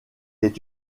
est